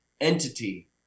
entity